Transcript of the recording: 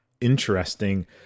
interesting